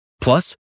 Plus